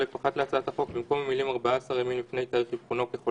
פילוח בדו"ח שנקבל על הודעות על פי משך זמן שעבר